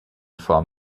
form